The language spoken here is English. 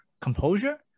Composure